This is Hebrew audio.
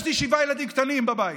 יש לי שבעה ילדים קטנים בבית.